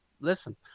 listen